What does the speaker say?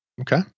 Okay